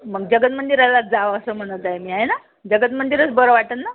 मग जगत मंदिरालाच जावं असं म्हणत आहे मी आहे ना जगत मंदिरच बरं वाटेल ना